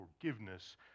forgiveness